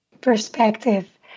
perspective